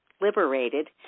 liberated